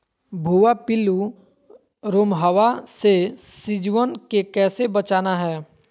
भुवा पिल्लु, रोमहवा से सिजुवन के कैसे बचाना है?